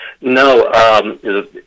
No